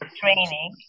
training